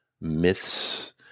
myths